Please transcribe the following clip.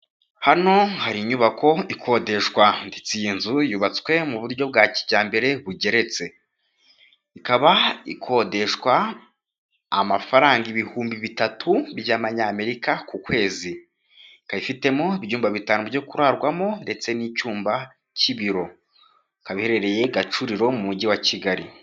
Hano hari inyubako ikodeshwa ndetse iyi nzu yubatswe mu buryo bwa kijyambere bugeretse, ikaba ikodeshwa amafaranga ibihumbi bitatu by'manyamerika ku kwezi. Ikaba ifitemo ibyumba bitanu byo kurarwamo ndetse n'icyumba cy'ibiro, ikaba iherereye Gacuriro mu mujyi wa Kigali.